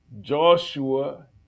Joshua